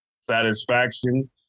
satisfaction